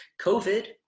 COVID